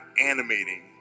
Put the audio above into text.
animating